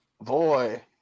Boy